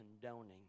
condoning